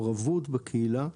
מעורבות בקהילה,